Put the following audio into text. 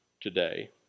today